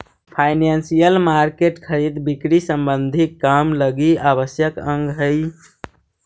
financial market खरीद बिक्री संबंधी काम लगी आवश्यक अंग हई